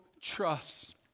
trusts